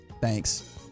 Thanks